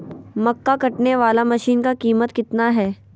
मक्का कटने बाला मसीन का कीमत कितना है?